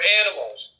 animals